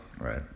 Right